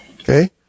Okay